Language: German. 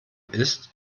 ist